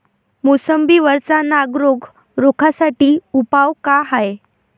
मोसंबी वरचा नाग रोग रोखा साठी उपाव का हाये?